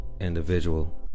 Individual